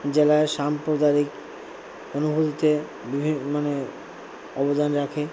জেলায় সাম্প্রদায়িক অনুভূতিতে বিভিন্ন মানে অবদান রাখে